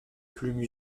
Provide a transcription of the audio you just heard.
plumes